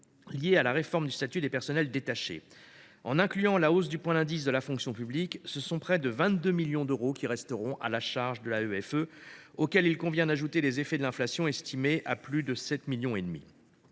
lié à la réforme du statut des personnels détachés. En incluant la hausse du point d’indice de la fonction publique, ce sont près de 22 millions d’euros qui resteront à la charge de l’AEFE, auxquels il convient d’ajouter les effets de l’inflation, estimés à plus de 7,5 millions